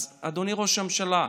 אז אדוני ראש הממשלה,